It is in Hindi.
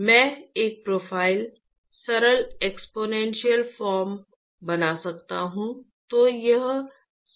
तो मैं एक प्रोफ़ाइल सरल एक्स्पोनेंशियल फार्म बना सकता हूं